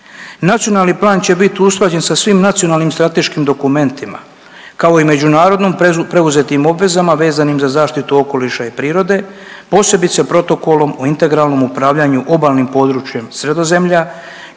nacionalni plan će biti usklađen sa svim nacionalnim strateškim dokumentima, kao i međunarodnom preuzetim obvezama vezanim za zaštitu okoliša i prirode, posebice Protokolom o integralnom upravljaju obalnim područjem Sredozemlja